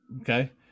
Okay